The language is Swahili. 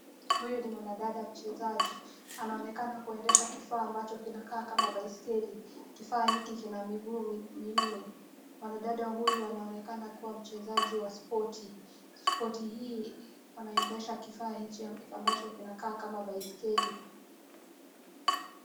Huyu ni mwanadada mchezaji anaonekana kuendesha kifaa ambacho kinakaa kama baiskeli. Kifaa hiki kina miguu minne. Mwanadada huyu anaonekana kuwa mchezaji wa spoti. Spoti hii unaendesha kifaa ambacho inakaa kama baiskeli.